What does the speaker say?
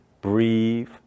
breathe